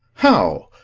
how?